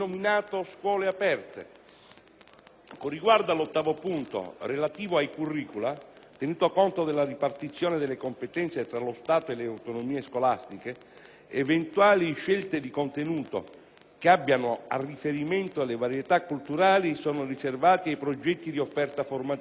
Con riguardo all'ottavo punto, relativo ai *curricula*, tenuto conto della ripartizione delle competenze tra lo Stato e le autonomie scolastiche, eventuali scelte di contenuto che abbiano a riferimento le varietà culturali sono riservate ai POF (Progetti di offerta formativa) delle stesse autonomie scolastiche,